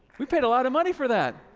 we paid a lot of money for that.